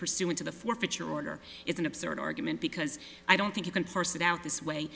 pursuant to the forfeiture order is an absurd argument because i don't think you can force it out this way